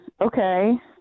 Okay